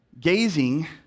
gazing